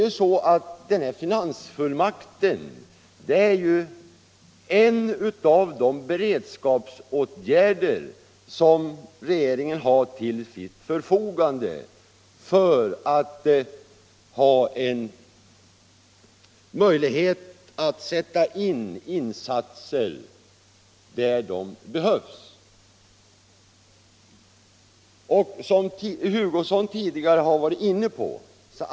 Men även den finansfullmakten skall regeringen ha i beredskap för att kunna göra insatser där de behövs, vilket herr Hugosson tidigare har varit inne på.